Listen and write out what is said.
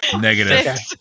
Negative